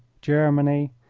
germany,